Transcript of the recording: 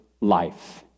life